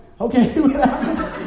Okay